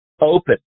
Open